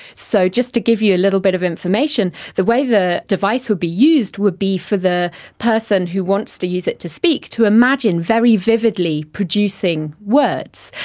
so just to give you a little bit of information, the way the device would be used would be for the person who wants to use it to speak to imagine very vividly producing words.